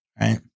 right